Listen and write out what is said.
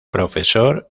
profesor